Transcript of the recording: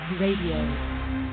Radio